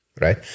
Right